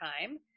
time